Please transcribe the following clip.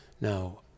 Now